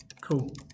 cool